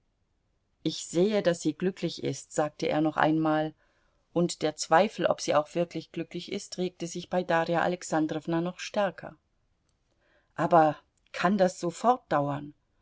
ich sehe daß sie glücklich ist sagte er noch einmal und der zweifel ob sie auch wirklich glücklich ist regte sich bei darja alexandrowna noch stärker aber kann das